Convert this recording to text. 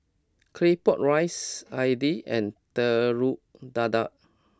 Claypot Rice Idly and Telur Dadah